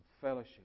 fellowship